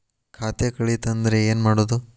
ಖಾತೆ ಕಳಿತ ಅಂದ್ರೆ ಏನು ಮಾಡೋದು?